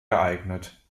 geeignet